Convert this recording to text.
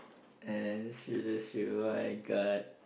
and should this [oh]-my-god